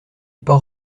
port